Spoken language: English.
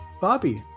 Bobby